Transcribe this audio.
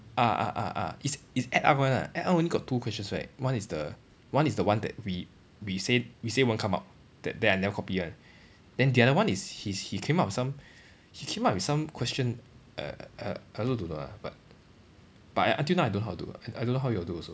ah ah ah ah it's it's add up [one] ah add up only got two questions right one is the one is the one that we we say we say won't come out then then I never copy [one] then the other one is he's he came up with some he came up with some question err err I also don't know ah but but un~ until now I don't know how to do ah I I don't know how you all do also